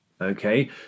okay